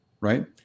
right